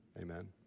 Amen